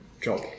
job